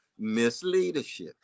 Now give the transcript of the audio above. misleadership